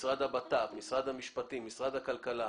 למשרד הכלכלה,